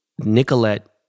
Nicolette